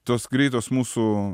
tos greitos mūsų